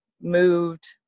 moved